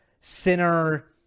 Sinner